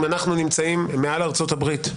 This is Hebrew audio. אם אנחנו נמצאים מעל ארצות הברית,